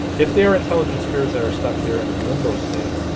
if they are intelligent spirits that are stuck there in a limbo state